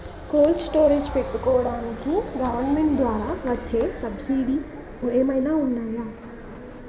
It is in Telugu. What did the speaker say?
కోల్డ్ స్టోరేజ్ పెట్టుకోడానికి గవర్నమెంట్ ద్వారా వచ్చే సబ్సిడీ ఏమైనా ఉన్నాయా?